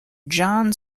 john